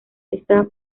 está